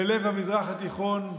בלב המזרח התיכון,